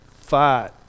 fight